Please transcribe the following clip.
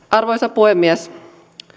arvoisa puhemies